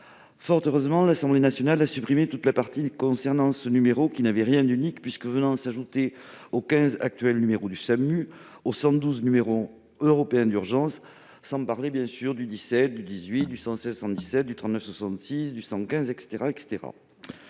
Fort heureusement, l'Assemblée nationale a supprimé toute la partie concernant ce numéro, lequel n'avait rien d'unique, puisqu'il s'ajoutait au 15, l'actuel numéro du SAMU, au 112, le numéro européen d'urgence, sans parler du 17, du 18, du 39 66, du 115, etc.